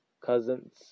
cousins